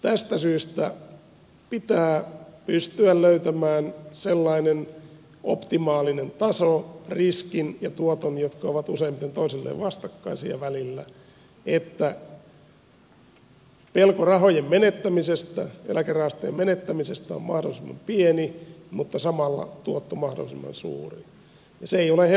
tästä syystä pitää pystyä löytämään sellainen optimaalinen taso riskin ja tuoton välillä jotka ovat useimmiten toisilleen vastakkaisia että pelko rahojen menettämisestä eläkerahastojen menettämisestä on mahdollisimman pieni mutta samalla tuotto mahdollisimman suuri ja se ei ole helppo tehtävä